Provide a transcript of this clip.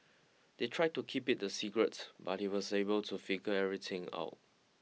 they tried to keep it a secret but he was able to figure everything out